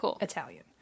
Italian